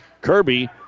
Kirby